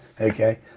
Okay